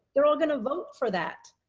they're all going to vote for that.